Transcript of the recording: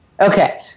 Okay